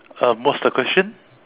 um what's the question